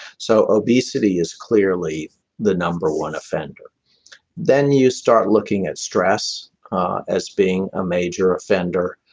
so obesity is clearly the number one offender then you start looking at stress as being a major offender,